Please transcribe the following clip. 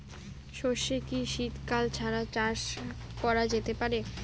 সর্ষে কি শীত কাল ছাড়া চাষ করা যেতে পারে?